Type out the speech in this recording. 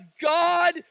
God